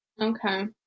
Okay